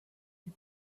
you